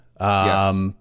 Yes